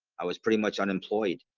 i was pretty much unemployed